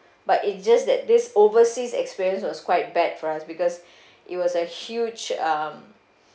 but it's just that this overseas experience was quite bad for us because it was a huge um